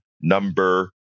number